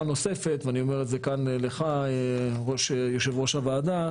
נוספת ואני אומר את זה כאן לך יושב ראש הוועדה,